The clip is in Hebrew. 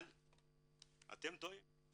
אבל, אתם טועים.